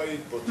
שלא היית פה,